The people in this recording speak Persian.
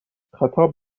خطاب